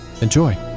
Enjoy